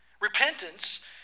Repentance